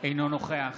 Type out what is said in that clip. אינו נוכח